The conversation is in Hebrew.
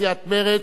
סיעת מרצ,